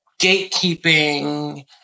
gatekeeping